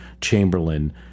Chamberlain